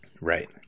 Right